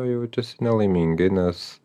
jaučiasi nelaimingai nes